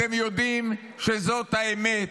אתם יודעים שזאת האמת.